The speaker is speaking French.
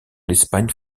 l’espagne